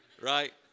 right